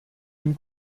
dem